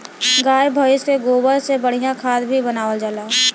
गाय भइस के गोबर से बढ़िया खाद भी बनावल जाला